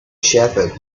shepherd